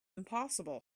impossible